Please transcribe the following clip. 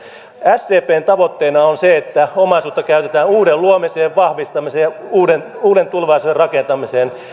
sdpn tavoitteena on se että omaisuutta käytetään uuden luomiseen ja vahvistamiseen ja uuden tulevaisuuden rakentamiseen